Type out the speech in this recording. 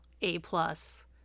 A-plus